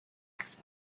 next